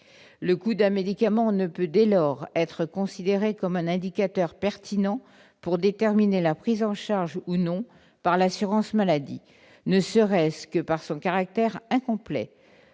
le coût d'un médicament ne peut être considéré comme un indicateur pertinent pour déterminer sa prise en charge, ou non, par l'assurance maladie, ne serait-ce qu'en raison de son caractère incomplet